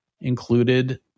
included